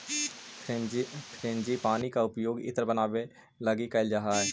frangipani के उपयोग इत्र बनावे लगी कैइल जा हई